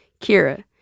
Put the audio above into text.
Kira